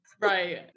Right